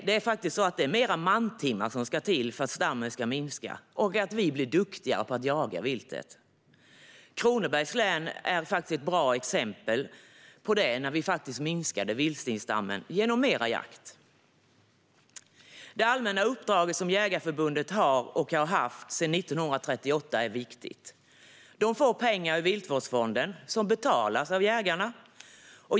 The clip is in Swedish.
Det som ska till för att stammen ska minska är fler mantimmar och att vi blir duktigare på att jaga viltet. Kronobergs län är ett bra exempel på detta - där minskade vi vildsvinsstammen genom mer jakt. Det allmänna uppdraget, som Jägareförbundet har och har haft sedan 1938, är viktigt. Man får pengar ur Viltvårdsfonden som betalas av jägarna.